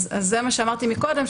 זה מה שאמרתי קודם,